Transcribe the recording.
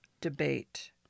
debate